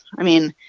i mean,